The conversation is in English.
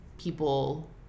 people